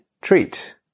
treat